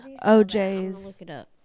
OJ's